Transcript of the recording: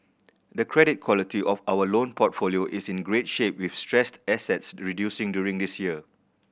the credit quality of our loan portfolio is in great shape with stressed assets reducing during this year